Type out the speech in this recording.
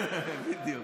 בדיוק.